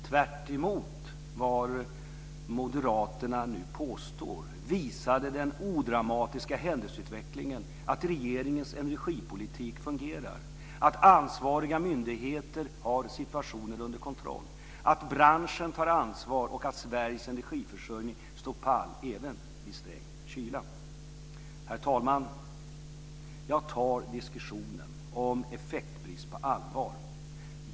Tvärtemot vad moderaterna nu påstår visade den odramatiska händelseutvecklingen att regeringens energipolitik fungerar, att ansvariga myndigheter har situationen under kontroll, att branschen tar ansvar och att Sveriges energiförsörjning står pall även vid sträng kyla. Herr talman! Jag tar diskussionen om effektbrist på allvar.